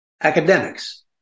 academics